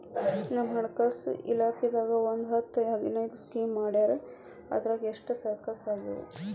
ನಮ್ ಹಣಕಾಸ್ ಇಲಾಖೆದಾಗ ಒಂದ್ ಹತ್ತ್ ಹದಿನೈದು ಸ್ಕೇಮ್ ಮಾಡ್ಯಾರ ಅದ್ರಾಗ ಎಷ್ಟ ಸಕ್ಸಸ್ ಆಗ್ಯಾವನೋ